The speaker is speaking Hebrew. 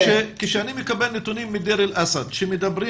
כשאני מקבל נתונים מדיר אל-אסד שמדברים